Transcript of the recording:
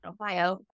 Ohio